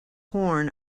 horn